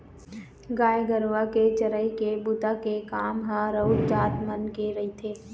गाय गरुवा के चरई के बूता के काम ह राउत जात मन के रहिथे